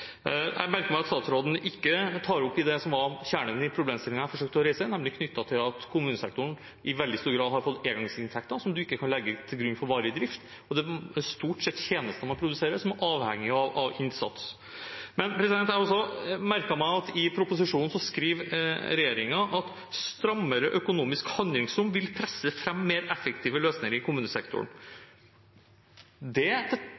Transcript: Jeg merker meg at statsråden ikke tar opp det som var kjernen i problemstillingen jeg forsøkte å reise, knyttet til at kommunesektoren i veldig stor grad har fått engangsinntekter, som man ikke kan legge til grunn for varig drift. Det er stort sett tjenester man produserer, som er avhengige av innsats. Jeg har også merket meg at regjeringen i proposisjonen skriver: «Strammere økonomisk handlingsrom vil presse fram mer effektive løsninger i kommunesektoren.» Dette til